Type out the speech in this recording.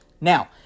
now